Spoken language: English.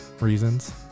reasons